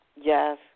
yes